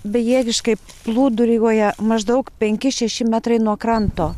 bejėgiškai plūduriuoja maždaug penki šeši metrai nuo kranto